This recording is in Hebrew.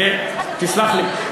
תסלח לי,